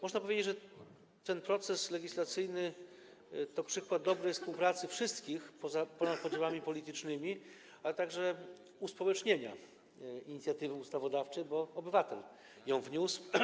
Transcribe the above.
Można powiedzieć, że ten proces legislacyjny to przykład dobrej współpracy wszystkich, współpracy ponad podziałami politycznymi, ale także uspołecznienia inicjatywy ustawodawczej, bo to obywatel ją wniósł.